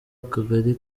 akagari